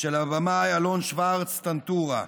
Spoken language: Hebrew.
של הבמאי אלון שוורץ, "טנטורה".